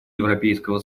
европейского